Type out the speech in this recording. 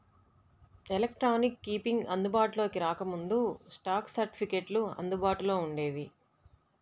electronic keeping అందుబాటులోకి రాకముందు, stock సర్టిఫికెట్లు అందుబాటులో వుండేవి